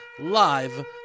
live